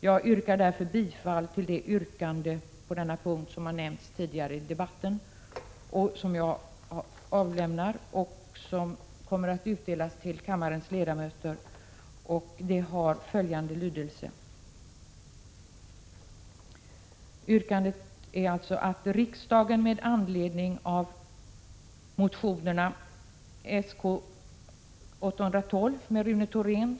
Jag yrkar därför bifall till det yrkande på denna punkt som har nämnts tidigare i debatten och som kommer att utdelas till kammarens ledamöter.